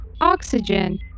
oxygen